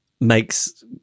makes